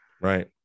Right